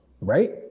right